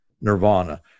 nirvana